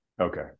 Okay